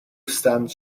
stands